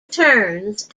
turns